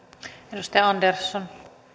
arvoisa puhemies